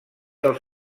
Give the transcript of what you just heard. dels